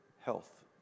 health